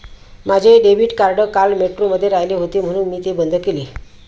माझे debit card काल मेट्रोमध्ये राहिले होते म्हणून मी ते बंद केले